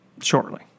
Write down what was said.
shortly